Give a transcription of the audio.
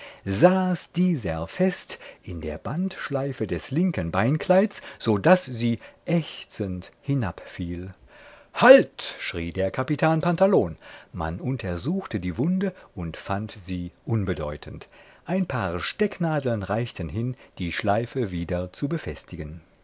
dieser fest in der bandschleife des linken beinkleids so daß sie ächzend hinabfiel halt schrie der capitan pantalon man untersuchte die wunde und fand sie unbedeutend ein paar stecknadeln reichten hin die schleife wieder zu befestigen